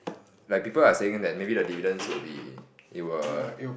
like people are saying that maybe the dividends will be it were